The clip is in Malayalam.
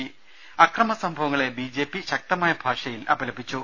് അക്രമസംഭവങ്ങളെ ബി ജെ പി ശക്തമായ ഭാഷയിൽ അപലപി ച്ചു